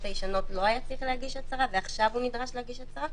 הישנות לא היה צריך להגיש הצהרה ועכשיו הוא נדרש להגיש הצהרה,